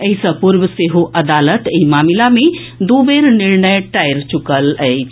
एहि सॅ पूर्व सेहो अदालत एहि मामिला मे दू बेर निर्णय टारि चुकल अछि